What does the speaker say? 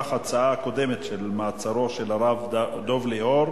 אם כך, ההצעות: מעצרו של הרב דב ליאור,